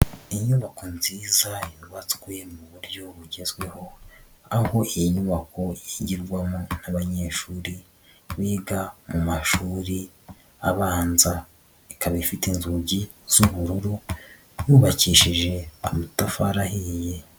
Inyubako nziza yubatswe mu buryo bugezweho, aho iyi nyubako yigirwamo n'abanyeshuri biga mu mashuri abanza, ikaba ifite inzugi z'ubururu yubakishije amatafari ahiye.